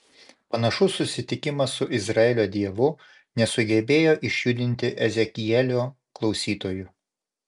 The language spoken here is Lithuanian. panašus susitikimas su izraelio dievu nesugebėjo išjudinti ezekielio klausytojų